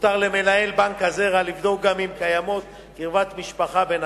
הותר למנהל בנק הזרע לבדוק גם אם קיימת קרבת משפחה בין